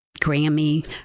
Grammy